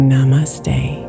Namaste